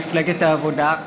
מפלגת העבודה,